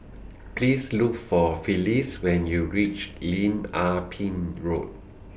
Please Look For Phyllis when YOU REACH Lim Ah Pin Road